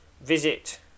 Visit